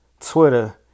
Twitter